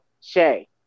Shay